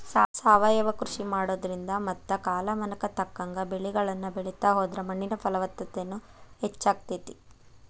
ಸಾವಯವ ಕೃಷಿ ಮಾಡೋದ್ರಿಂದ ಮತ್ತ ಕಾಲಮಾನಕ್ಕ ತಕ್ಕಂಗ ಬೆಳಿಗಳನ್ನ ಬೆಳಿತಾ ಹೋದ್ರ ಮಣ್ಣಿನ ಫಲವತ್ತತೆನು ಹೆಚ್ಚಾಗ್ತೇತಿ